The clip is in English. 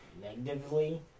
negatively